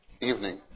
evening